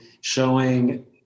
showing